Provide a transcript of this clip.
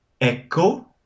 Ecco